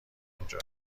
اونجا